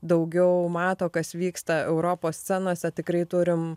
daugiau mato kas vyksta europos scenose tikrai turim